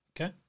Okay